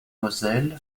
moselle